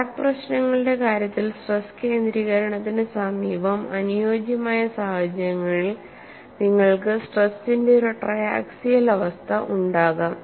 crack പ്രശ്നങ്ങളുടെ കാര്യത്തിൽ stress കേന്ദ്രീകരണത്തിന് സമീപംഅനുയോജ്യമായ സാഹചര്യങ്ങളിൽ നിങ്ങൾക്ക് സ്ട്രെസിന്റെ ഒരു ട്രയാക്സിയൽ അവസ്ഥ ഉണ്ടാകാം